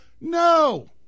No